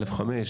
(א)(5),